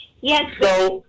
Yes